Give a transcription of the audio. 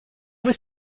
was